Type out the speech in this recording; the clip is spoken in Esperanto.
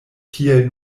tiel